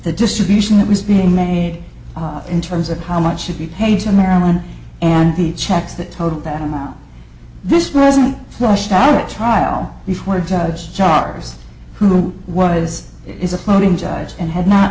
the distribution that was being made in terms of how much should be paid to marilyn and the checks that totaled that this wasn't flushed out at trial before a judge chars who was is a floating judge and had not